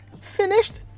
Finished